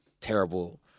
terrible